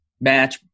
match